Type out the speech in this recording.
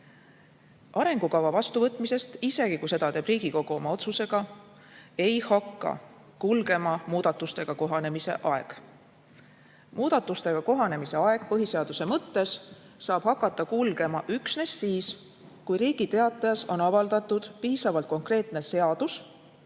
Arengukava vastuvõtmisest, isegi kui seda teeb Riigikogu oma otsusega, ei hakka kulgema muudatustega kohanemise aeg. Muudatustega kohanemise aeg põhiseaduse mõttes saab hakata kulgema üksnes siis, kui Riigi Teatajas on avaldatud piisavalt konkreetne seadus,